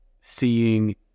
seeing